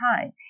time